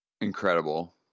Incredible